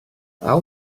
ail